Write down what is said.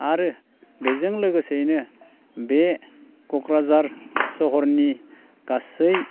आरो बेजों लोगोसेयैनो बे क'क्राझार सहरनि गासै